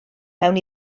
mewn